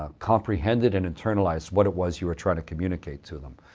ah comprehended and internalized what it was you were trying to communicate to them.